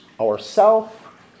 ourself